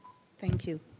thank you.